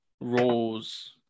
roles